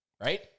right